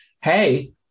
Hey